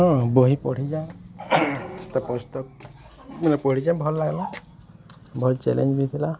ହଁ ବହି ପଢ଼ିଛେଁ ପୁସ୍ତକ୍ ମାନେ ପଢ଼ିଛେଁ ଭଲ୍ ଲାଗଲା ଭଲ୍ ଚ୍ୟାଲେଞ୍ଜ୍ ବି ଥିଲା